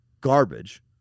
garbage